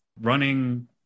running